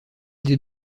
des